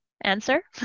answer